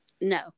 no